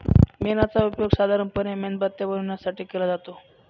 मेणाचा उपयोग साधारणपणे मेणबत्त्या बनवण्यासाठी केला जातो